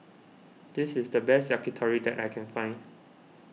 this is the best Yakitori that I can find